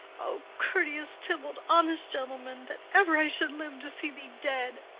o courteous tybalt! honest gentleman that ever i should live to see thee dead!